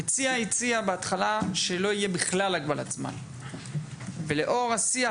המציע בהתחלה הציע שלא תהיה בכלל הגבלת זמן ולאור השיח